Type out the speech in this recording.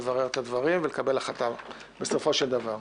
לברר את הדברים ולקבל החלטה בסופו של דבר.